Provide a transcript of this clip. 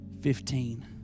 fifteen